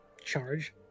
charge